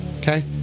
Okay